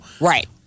right